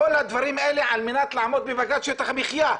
כל הדברים האלה על מנת לעמוד בבג"צ שטח המחיה.